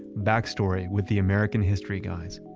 backstory with the american history guys.